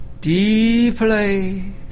deeply